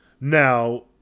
Now